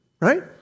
right